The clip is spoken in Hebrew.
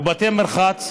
ובתי מרחץ,